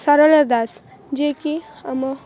ଶାରଳା ଦାସ ଯିଏକି ଆମ